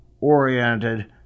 oriented